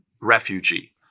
refugee